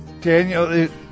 Daniel